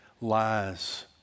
lies